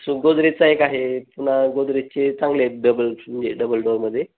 सु गोदरेजचा एक आहे पुन्हा गोदरेजचे चांगले म्हनजे डबल डोअरमध्ये